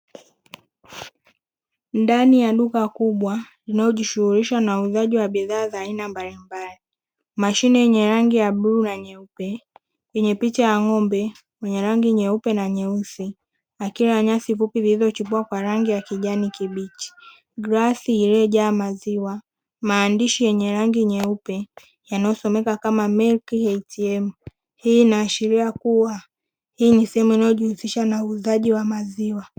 Ndani ya duka kubwa linalojishughulisha na uuzaji wa bidhaa za aina mbalimbali. Mashine yenye rangi ya bluu na nyeupe yenye picha ya ng'ombe mwenye rangi ya nyeupe na nyeusi, akila nyasi fupi zilizochipua kwa rangi ya kijani kibichi, glasi iliyojaa maziwa maandishi yenye rangi nyeupe, yanayosomeka kama "milk ATM"; hii inaashiria kuwa, hii ni sehemu inayojihusisha na uuzaji wa maziwa.